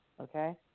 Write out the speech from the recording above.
okay